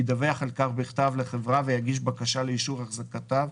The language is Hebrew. ידווח על כך בכתב לחברה ויגיש בקשה לאישור החזקותיו,